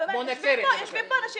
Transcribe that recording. באמת יושבים פה אנשים